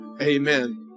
amen